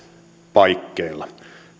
paikkeilla